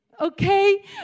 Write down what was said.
Okay